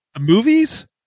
movies